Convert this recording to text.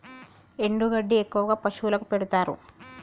ఎండు గడ్డి ఎక్కువగా పశువులకు పెడుతారు